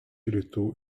rytų